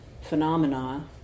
phenomena